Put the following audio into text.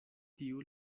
tiu